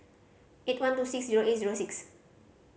eight one two six zero eight zero six